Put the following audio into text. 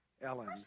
Ellen